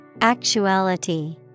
Actuality